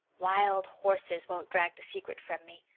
wild horses won't drag the secret from me,